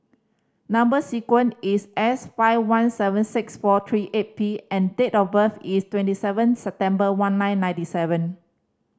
number sequence is S five one seven six four three eight P and date of birth is twenty seven September one nine ninety seven